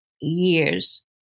years